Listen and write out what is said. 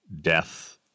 death